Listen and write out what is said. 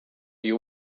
you